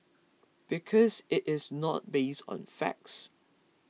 because it is not based on facts